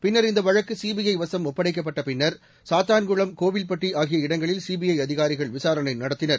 பின்னர் இந்த வழக்கு சிபிஐ வசும் ஒப்படைக்கப்பட்ட பின்னர் சாத்தான்குளம் கோவில்பட்டி ஆகிய இடங்களில் சிபிஐ அதிகாரிகள் விசாரணை நடத்தினர்